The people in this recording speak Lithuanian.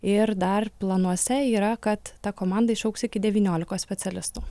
ir dar planuose yra kad ta komanda išaugs iki devyniolikos specialistų